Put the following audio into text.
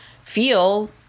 feel